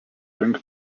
link